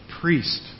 priest